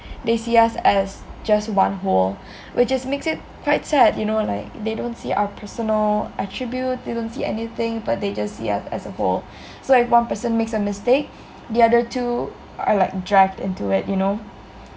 they see us as just one whole which just makes it quite sad you know like they don't see our personal attribute they don't see anything but they just see us as a whole so like one person makes a mistake the other two are like dragged into it you know